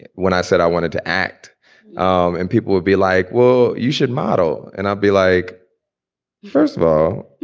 and when i said i wanted to act um and people would be like, well, you should model and i'll be like you first of all,